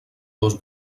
dos